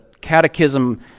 catechism